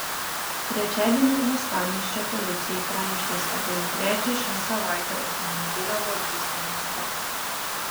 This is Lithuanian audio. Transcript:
trečiadienį uostamiesčio policijai praneštas apie jau trečią šią savaitę automobilio vagystę mieste